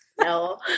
no